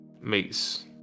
meets